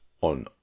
on